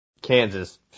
Kansas